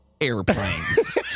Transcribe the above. airplanes